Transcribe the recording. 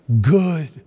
good